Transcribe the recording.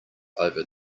over